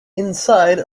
inside